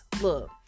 Look